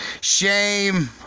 Shame